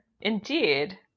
indeed